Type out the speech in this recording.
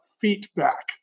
feedback